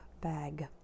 bag